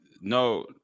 no